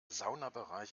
saunabereich